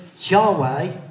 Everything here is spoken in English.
Yahweh